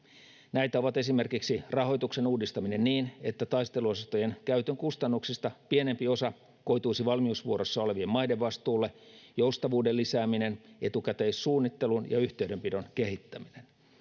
näitä ovat esimerkiksi rahoituksen uudistaminen niin että taisteluosastojen käytön kustannuksista pienempi osa koituisi valmiusvuorossa olevien maiden vastuulle joustavuuden lisääminen etukäteissuunnittelun ja yhteydenpidon kehittäminen